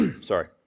sorry